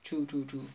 true true true